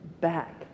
back